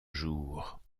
jour